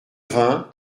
vingts